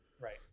right